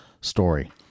story